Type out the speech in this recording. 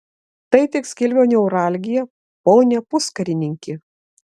tai tik skilvio neuralgija pone puskarininki